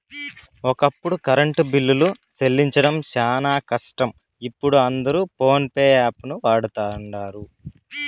ఒకప్పుడు కరెంటు బిల్లులు సెల్లించడం శానా కష్టం, ఇపుడు అందరు పోన్పే యాపును వాడతండారు